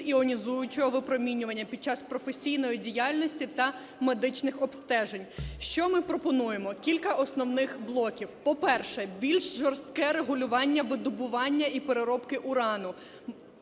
іонізуючого випромінювання під час професійної діяльності та медичних обстежень. Що ми пропонуємо? Кілька основних блоків. По-перше, більш жорстке видобування і переробки урану.